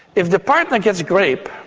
if the partner gets a grape,